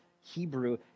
Hebrew